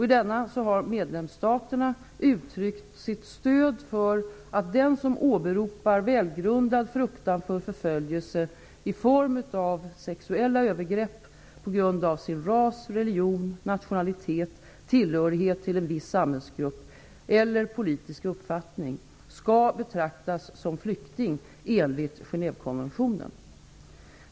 I denna har medlemsstaterna uttryckt sitt stöd för att den som åberopar välgrundad fruktan för förföljelse i form av sexuella övergrepp, på grund av sin ras, religion, nationalitet, tillhörighet till en viss samhällsgrupp eller politiska uppfattning, skall betraktas som flykting enligt Genèvekonventionen.